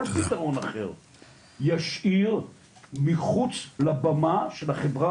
כל פתרון אחר ישאיר מחוץ לבמה של החברה